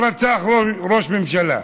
שרצח ראש ממשלה,